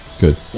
Good